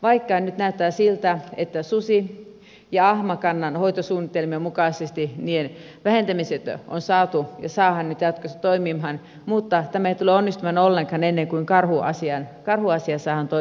vaikka nyt näyttää siltä että susi ja ahmakannan hoitosuunnitelmien mukaisesti niiden vähentämiset on saatu ja saadaan nyt jatkossa toimimaan niin tämä ei tule onnistumaan ollenkaan ennen kuin karhuasia saadaan toimimaan kunnolla